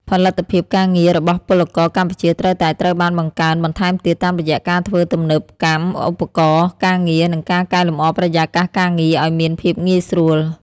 ផលិតភាពការងាររបស់ពលករកម្ពុជាត្រូវតែត្រូវបានបង្កើនបន្ថែមទៀត តាមរយៈការធ្វើទំនើបកម្មឧបករណ៍ការងារ និងការកែលម្អបរិយាកាសការងារឱ្យមានភាពងាយស្រួល។